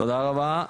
תודה רבה,